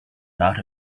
lot